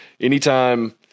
anytime